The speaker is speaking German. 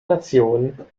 nation